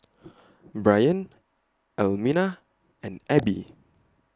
Brion Almina and Abbie